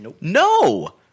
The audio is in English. No